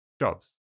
jobs